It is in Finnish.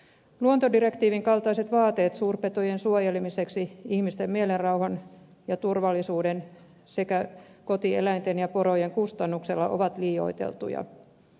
luontodirektiivin kaltaiset vaateet suurpetojen suojelemiseksi ihmisten mielenrauhan ja turvallisuuden sekä kotieläinten ja porojen kustannuksella ovat liioiteltuja